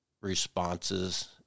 responses